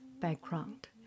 background